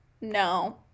no